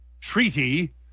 treaty